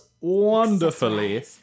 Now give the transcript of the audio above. wonderfully